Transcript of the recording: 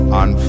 on